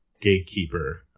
gatekeeper